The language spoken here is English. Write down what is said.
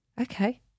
Okay